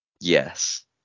Yes